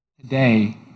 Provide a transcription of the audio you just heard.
today